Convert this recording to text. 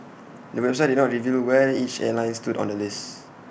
the website did not reveal where each airline stood on the list